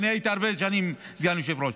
הרבה שנים הייתי סגן יושב-ראש,